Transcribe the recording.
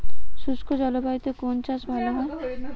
শুষ্ক জলবায়ুতে কোন চাষ ভালো হয়?